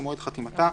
למועד חתימתה,